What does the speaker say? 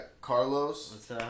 Carlos